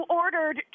ordered